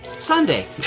Sunday